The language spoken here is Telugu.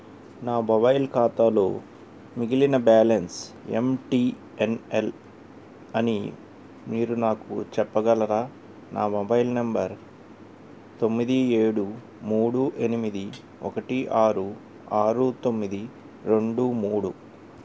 నా మొబైల్ ఖాతాలో మిగిలిన balance M T N L అని మీరు నాకు చెప్పగలరా నా మొబైల్ నెంబర్ తొమ్మిది ఏడు మూడు ఎనిమిది ఒకటి ఆరు ఆరు తొమ్మిది రెండు మూడు